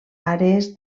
àrees